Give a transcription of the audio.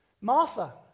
Martha